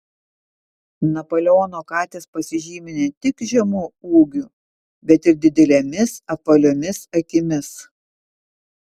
napoleono katės pasižymi ne tik žemu ūgiu bet ir didelėmis apvaliomis akimis